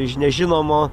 iš nežinomo